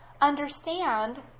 understand